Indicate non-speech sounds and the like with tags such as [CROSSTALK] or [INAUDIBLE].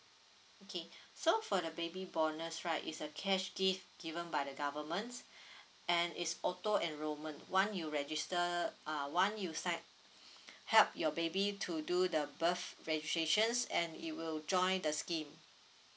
K [BREATH] so for the baby bonus right is a cash gift given by the government [BREATH] and is auto enrolment once you register uh once you sign [BREATH] help your baby to do the birth registrations and it will join the scheme